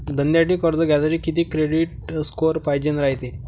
धंद्यासाठी कर्ज घ्यासाठी कितीक क्रेडिट स्कोर पायजेन रायते?